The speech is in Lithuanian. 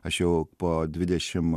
aš jau po dvidešim